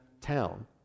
town